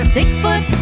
Bigfoot